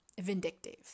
vindictive